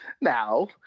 Now